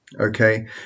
Okay